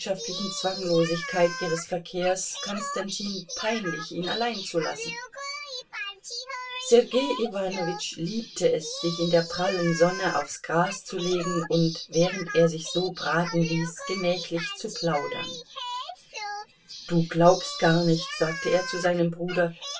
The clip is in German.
zwanglosigkeit ihres verkehrs konstantin peinlich ihn allein zu lassen sergei iwanowitsch liebte es sich in der prallen sonne aufs gras zu legen und während er sich so braten ließ gemächlich zu plaudern du glaubst gar nicht sagte er zu seinem bruder